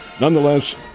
Nonetheless